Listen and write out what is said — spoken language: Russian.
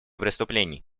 преступлений